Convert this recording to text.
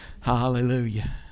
hallelujah